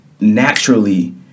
naturally